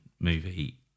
movie